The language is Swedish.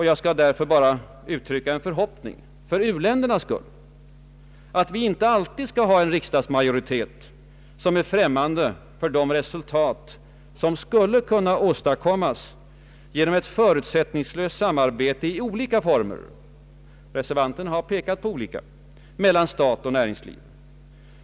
Jag kan därför med det sagda blott uttrycka en förhoppning — för u-ländernas skull — att vi inte alltid skall ha en riksdagsmajoritet som är så främmande för de resuliat som skulle kunna åstadkommas genom ett förutsättningslöst samarbete i olika former — reservanten har pekat på ordet olika — mellan stat och näringsliv.